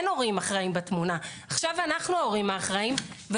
אין הורים אחראים בתמונה,